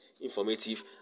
informative